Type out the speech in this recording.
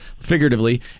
figuratively